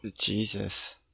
Jesus